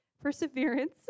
perseverance